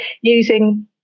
using